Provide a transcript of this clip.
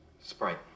Sprite